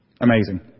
Amazing